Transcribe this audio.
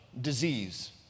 disease